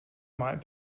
might